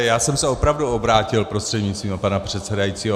Já jsem se opravdu obrátil prostřednictvím pana předsedajícího.